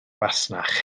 fasnach